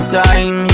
time